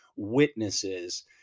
witnesses